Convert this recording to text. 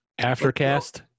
Aftercast